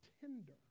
tender